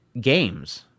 games